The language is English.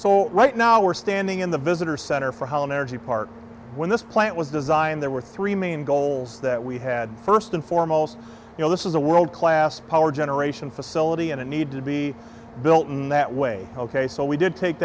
so right now we're standing in the visitor center for how an energy part when this plant was designed there were three main goals that we had first and foremost you know this is a world class power generation facility and it need to be built in that way ok so we did take